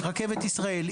רכבת ישראל,